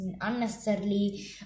unnecessarily